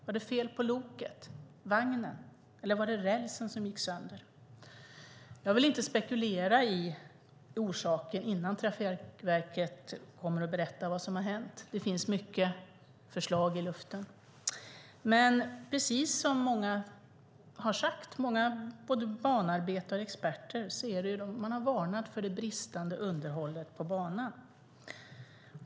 Var det fel på loket, vagnen, eller var det rälsen som gick sönder? Jag vill inte spekulera i orsaken innan Trafikverket kommer att berätta vad som har hänt. Det finns många förslag i luften. Många banarbetare och experter har dock varnat för det bristande underhållet på banan.